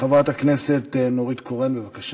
חברת הכנסת נורית קורן, בבקשה.